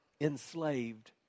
enslaved